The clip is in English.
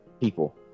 people